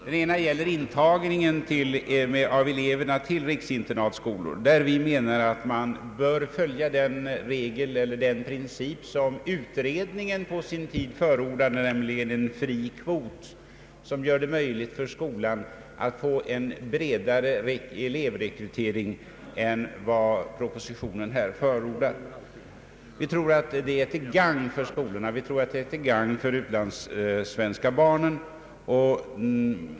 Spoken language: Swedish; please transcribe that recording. Det ena gäller intagningen av elever vid riksinternatskolor. Vi anser i reservationen att man bör följa den princip som utlandsoch internatskole utredningen på sin tid förordnade, nämligen en s.k. fri kvot som gjorde det möjligt för skolorna att få en bredare elevrekrytering än som förordats i propositionen. Vi tror att detta är till gagn för skolorna och för de utlandssvenska barnen.